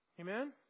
Amen